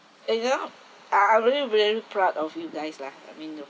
you know I I really very proud of you guys lah I mean all